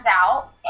out